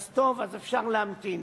אז טוב, אז אפשר להמתין.